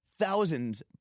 thousands